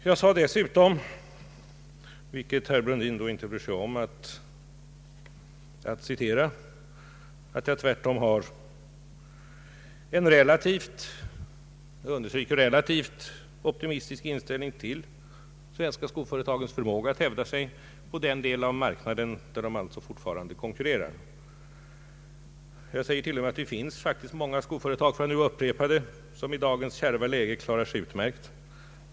Jag sade dessutom, vilket herr Brundin inte brydde sig om att citera, att jag tvärtom har en relativt optimistisk inställning till de svenska skoföretagens förmåga att hävda sig på den del av marknaden där de fortfarande konkurrerar. Jag sade t.o.m. i mitt interpellationssvar att det finns många svenska skoföretag som i dagens kärva läge faktiskt klarar sig utmärkt.